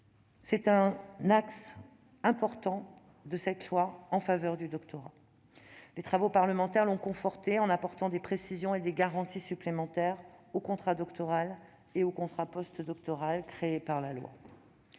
un axe important de cette loi en faveur du doctorat. Les travaux parlementaires l'ont conforté, en apportant des précisions et des garanties supplémentaires au contrat doctoral et au contrat postdoctoral créés par la loi.